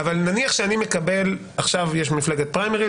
נניח שעכשיו יש פריימריז.